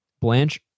Blanche